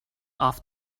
off